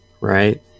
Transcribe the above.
right